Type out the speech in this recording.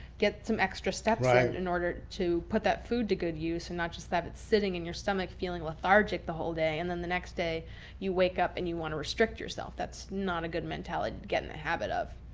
get some extra steps in order to put that food to good use. and not just that, it's sitting in your stomach feeling lethargic the whole day, and then the next day you wake up and you want to restrict yourself. that's not a good mentality, get in the habit of.